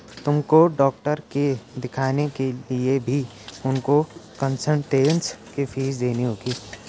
तुमको डॉक्टर के दिखाने के लिए भी उनको कंसलटेन्स फीस देनी होगी